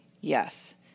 Yes